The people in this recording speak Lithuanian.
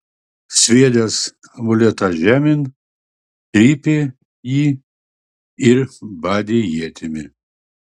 sviedęs amuletą žemėn trypė jį ir badė ietimi